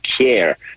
care